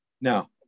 Now